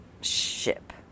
ship